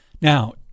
Now